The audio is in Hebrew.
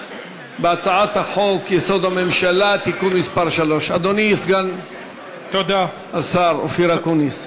בהצעת חוק-יסוד: הממשלה (תיקון מס' 3). אדוני סגן השר אופיר אקוניס.